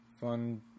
fun